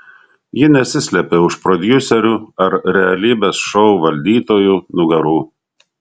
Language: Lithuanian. ji nesislėpė už prodiuserių ar realybės šou valdytojų nugarų